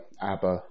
abba